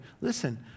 listen